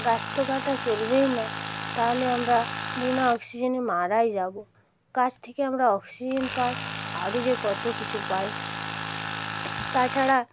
গাছ তো কাটা চলবেই না তালে আমরা বিনা অক্সিজেনে মারাই যাবো গাছ থেকে আমরা অক্সিজেন পাই আরও যে কতো কিছু পাই তাছাড়া